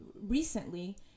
recently